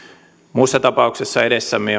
muussa tapauksessa edessämme